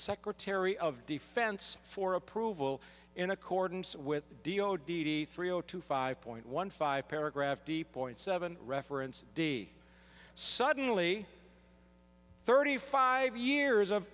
secretary of defense for approval in accordance with dio d d three zero two five point one five paragraph deep point seven reference d suddenly thirty five years of